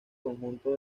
conjunto